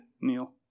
Neil